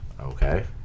Okay